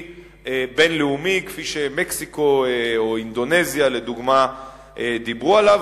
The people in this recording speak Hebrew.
בין-לאומי כפי שמקסיקו או אינדונזיה לדוגמה דיברו עליו.